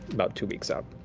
about two weeks out.